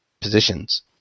positions